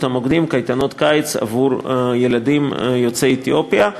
המוקדים קייטנות קיץ עבור הילדים יוצאי אתיופיה.